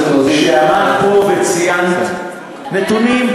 כשעמדת פה וציינת נתונים,